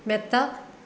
മെത്ത